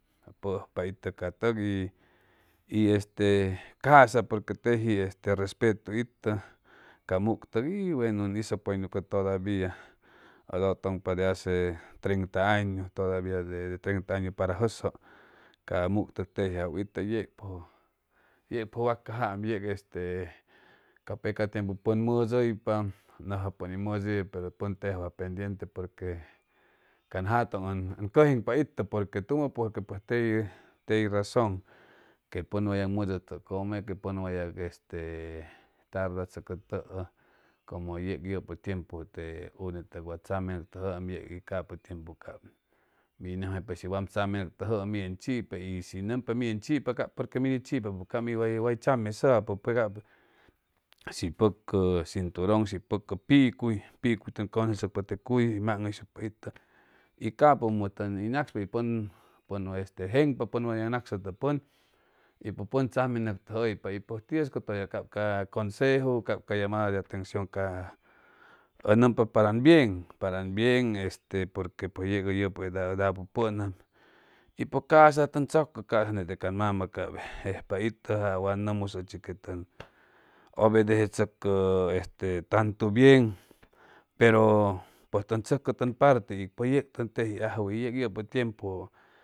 Pʉʉjpa itʉ ca tʉk y y este ca'sa porqueteji este respetu itʉ ca muk tʉk y buenu ʉn hizʉ pʉy nucʉ todavia ʉd ʉtʉŋpa de hace treinta añu todavia de treinta añu para jʉsjʉ ca muk tʉk teji ajwʉ itʉ yepjʉ yepjʉ wacajaam yeg este ca peca tiempu pʉn mʉdʉypa nʉcspa pʉn hʉy mʉdʉyʉ pero pʉn tejiajpa pendiete porque can jatʉŋ ʉn itʉ porque tumo porque tey tey razʉŋ que pʉn way yag mʉdʉtʉʉ cʉmeque pʉn wayag este tabla chʉcʉtʉʉ como yeg yʉpʉ tiempu te une wa tzame nʉctʉjʉam yei y capʉ tiempu cap min nʉmjaypa shi wan tzame nʉctʉjʉʉ mi yen chipa y shi nʉmpa mi yen chipa cap porque mid hʉy chipa cap mi way tzamesapʉ pe ap shiy pʉcʉ shiy pʉcʉ cinturon shiy pʉcʉ pucuy picuy tʉn cʉnʉcechʉcpa te cuy maŋhʉyshucpa itʉ y capʉmʉ tʉn ni nacspa pʉn pʉn este jeŋpa pʉn wan yag nacsʉtʉʉ pʉn pʉj pʉn tzame nʉctʉjʉhʉypa y pues y tiuscʉtʉya capca cʉnseju cap ca llamada de atencion ca ʉ nʉmpa para ʉn bien para ʉn bien este porque pues yeg ʉ yʉpʉ edad ʉ apupʉnam y pues ca'sa tʉn tzʉcʉ ca'sa nete can mama jejpa itʉ wa nʉmmusʉ ʉchi que tʉn ʉbedecechʉcʉ este tantu bien pero pʉj tʉn tzʉcʉ tʉn parte y pues yeg tʉn tejiajwʉ y yeg yʉpʉ tiempu